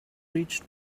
reached